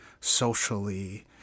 socially